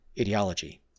ideology